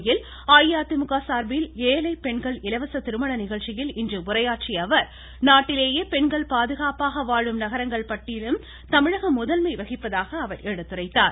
கோவையில் அஇஅதிமுக சார்பிலான ஏழை பெண்கள் இலவச திருமண நிகழ்ச்சியில் இன்று உரையாற்றிய அவர் நாட்டிலேயே பெண்கள் பாதுகாப்பாக வாழும் நகரங்கள் பட்டியலிலும் தமிழகம் முதன்மை வகிப்பதாகவும் அவர் எடுத்துரைத்தார்